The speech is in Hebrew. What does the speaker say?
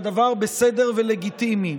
והדבר בסדר ולגיטימי,